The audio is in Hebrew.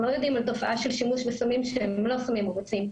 אנחנו לא יודעים על תופעה של שימוש בסמים שהם לא סמים ממריצים,